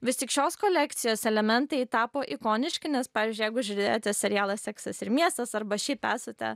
vis tik šios kolekcijos elementai tapo ikoniški nes pavyzdžiui jeigu žiūrėjote serialą seksas ir miestas arba šiaip esate